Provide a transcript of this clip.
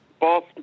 boss